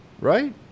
Right